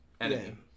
enemy